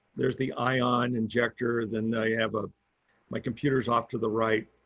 there's the ion injector then i have, ah my computer s off to the right.